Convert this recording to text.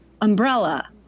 umbrella